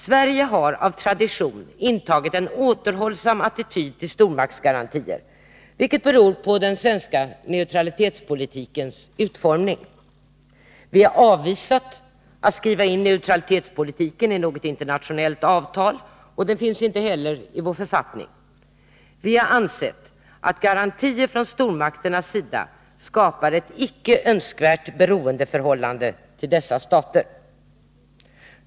Sverige har av tradition intagit en återhållsam attityd till stormaktsgarantier, vilket beror på den svenska neutralitetspolitikens utformning. Vi har avvisat att skriva in neutralitetspolitiken i något internationellt avtal, och den finns inte heller i vår författning. Vi har ansett att garantier från stormakternas sida skapar ett icke önskvärt beroendeförhållande till dessa stater.